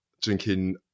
drinking